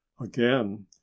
again